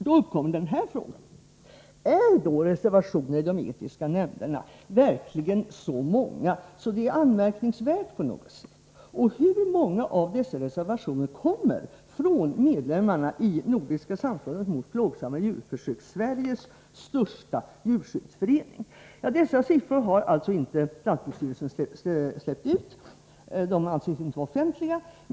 Då uppkommer denna fråga: Är reservationerna i de etiska nämnderna verkligen så många att det är anmärkningsvärt på något sätt? Hur många av dessa reservationer kommer från medlemmarna i Nordiska samfundet mot plågsamma djurförsök, Sveriges största djurskyddsförening? Dessa siffror har alltså inte lantbruksstyrelsen släppt ut, då de inte anses vara offentliga.